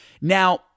Now